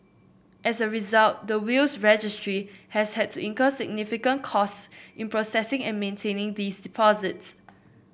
as a result the Wills Registry has had to incur significant costs in processing and maintaining these deposits